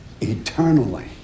eternally